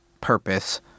purpose